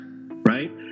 right